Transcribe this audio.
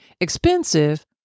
expensive